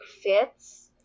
fits